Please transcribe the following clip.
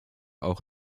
auch